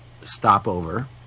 stopover